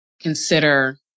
consider